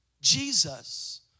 Jesus